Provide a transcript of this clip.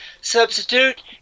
substitute